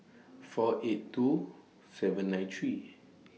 four eight two seven nine three